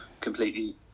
completely